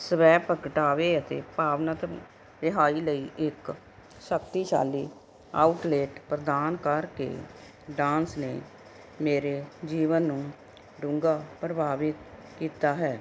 ਸਵੈ ਪ੍ਰਗਟਾਵੇ ਅਤੇ ਭਾਵਨਾਤਮਕ ਰਿਹਾਈ ਲਈ ਇੱਕ ਸ਼ਕਤੀਸ਼ਾਲੀ ਆਊਟਲੇਟ ਪ੍ਰਦਾਨ ਕਰਕੇ ਡਾਂਸ ਨੇ ਮੇਰੇ ਜੀਵਨ ਨੂੰ ਡੂੰਘਾ ਪ੍ਰਭਾਵਿਤ ਕੀਤਾ ਹੈ